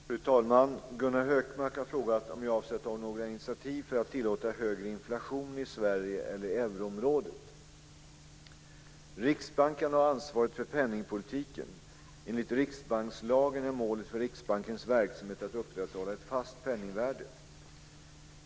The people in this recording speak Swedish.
FruFruFru talman! Gunnar Hökmark har frågat om jag avser att ta några initiativ för att tillåta högre inflation i Sverige eller i euroområdet. Riksbanken har ansvaret för penningpolitiken. Enligt riksbankslagen är målet för Riksbankens verksamhet att upprätthålla ett fast penningvärde.